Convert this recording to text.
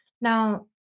Now